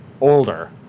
older